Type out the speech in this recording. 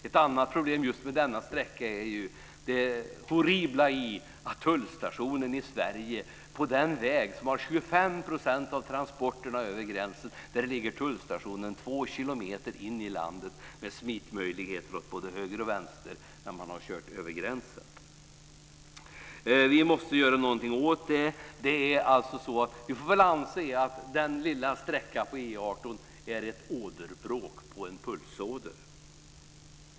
Ett annat problem just med denna sträcka är ju det horribla i att tullstationen i Sverige, på den väg som har 25 % av transporterna över gränsen, ligger 2 kilometer in i landet med smittrisker åt både höger och vänster. Vi måste göra någonting åt det. Vi får väl anse att den lilla sträckan på E 18 är ett åderbråck på en pulsåder.